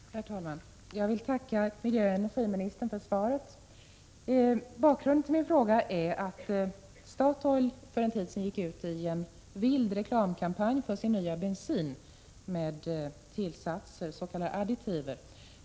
Herr talman! Jag vill tacka miljöoch energiministern för svaret. Bakgrunden till min fråga är att Statoil för en tid sedan gick ut med en vild reklamkampanj för sin nya bensin med tillsatser, s.k. additiver.